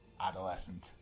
adolescent